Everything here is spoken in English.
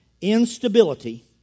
Instability